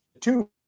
two